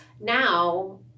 now